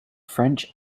french